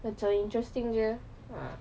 macam interesting jer